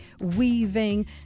weaving